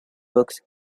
books